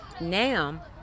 Now